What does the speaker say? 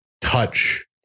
touch